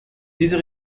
dieser